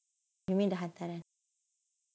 you mean the hantaran